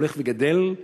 הולכים וגדלים.